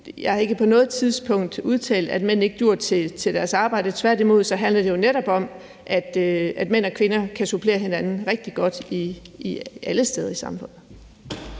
jeg har ikke på noget tidspunkt udtalt, at mænd ikke duer til deres arbejde. Tværtimod handler det jo netop om, at mænd og kvinder kan supplere hinanden rigtig godt alle steder i samfundet.